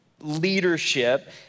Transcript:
leadership